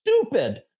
stupid